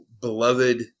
beloved